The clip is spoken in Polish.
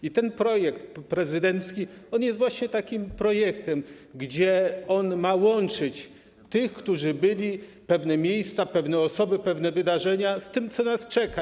I ten projekt prezydencki jest właśnie takim projektem, który ma łączyć tych, którzy byli, pewne miejsca, pewne osoby, pewne wydarzenia, z tym, co nas czeka.